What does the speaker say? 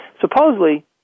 Supposedly